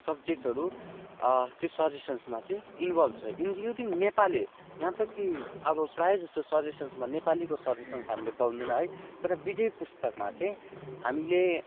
सब्जेक्ट्सहरू त्यो सजेसन्समा चाहिँ इन्भल्भ छ इन्क्लुडिङ नेपाली यहाँ तक कि अब प्रायः जस्तो सजेसन्समा नेपालीको सजेसन्स हामीले पाउँदैन है तर विजय पुस्तकमा चाहिँ हामीले